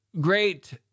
great